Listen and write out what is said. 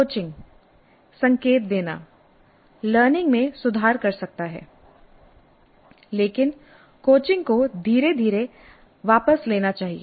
coaching संकेत देना learning में सुधार कर सकता है लेकिन कोचिंग को धीरे धीरे वापस लेना चाहिए